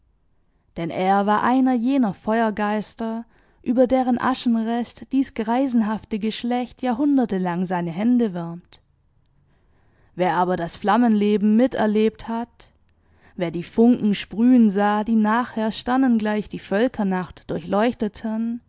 denn er war einer jener feuergeister über deren aschenrest dies greisenhafte geschlecht jahrhundertelang seine hände wärmt wer aber das flammenleben mit erlebt hat wer die funken sprühen sah die nachher sternengleich die völkernacht durchleuchteten